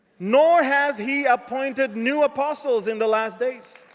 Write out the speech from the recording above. nor has he appointed new apostles in the last days.